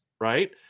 right